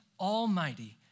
Almighty